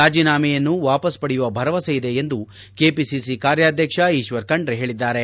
ರಾಜೀನಾಮೆಯನ್ನು ವಾಪಸ್ ಪಡೆಯುವ ಭರವಸೆ ಇದೆ ಎಂದು ಕೆಬಿಸಿಸಿ ಕಾರ್ಯಾಧ್ವಕ್ಷ ಈಶ್ವರ್ ಖಂಡ್ರೆ ಹೇಳಿದ್ದಾರೆ